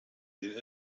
den